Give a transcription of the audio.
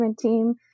team